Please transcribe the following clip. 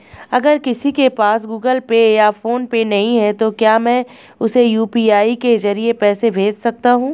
अगर किसी के पास गूगल पे या फोनपे नहीं है तो क्या मैं उसे यू.पी.आई के ज़रिए पैसे भेज सकता हूं?